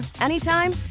anytime